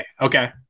Okay